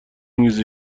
میز